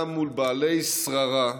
גם מול בעלי שררה,